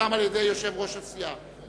שנחתם על-ידי יושב-ראש הסיעה.